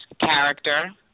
Character